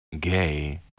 gay